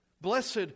Blessed